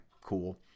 cool